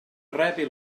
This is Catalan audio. rebi